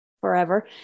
forever